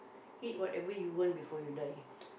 eat whatever you want before you die